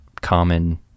common